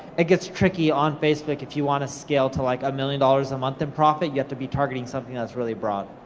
it gets tricky on facebook if you wanna scale to like a million dollars a month in profit, you have to be targeting something that's really broad.